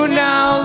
now